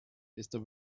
desto